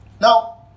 Now